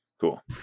Cool